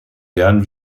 werden